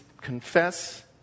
confess